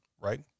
right